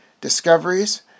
discoveries